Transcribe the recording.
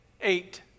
eight